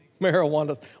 Marijuana